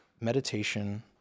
meditation